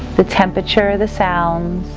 the temperature, the sounds